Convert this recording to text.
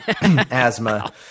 asthma